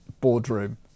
boardroom